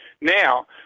now